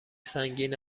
سنگین